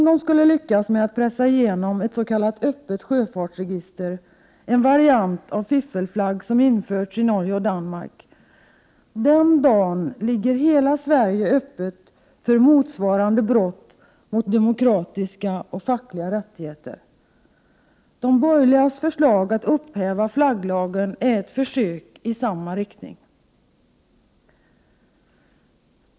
Den dag de lyckas med att pressa igenom ett s.k. öppet sjöfartsregister — en variant av fiffelflagg som införts i Norge och Danmark — den dagen ligger hela Sverige öppet för motsvarande brott mot demokratiska och fackliga rättigheter. De borgerligas förslag att upphäva flagglagen är ett försök i samma riktning.